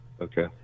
Okay